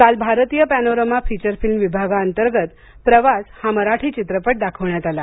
काल भारतीय panorama feature film विभागा अंतर्गत प्रवास हा मराठी चित्रपट दाखवण्यात आला